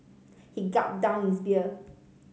he gulped down his beer